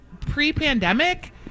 pre-pandemic